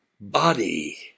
body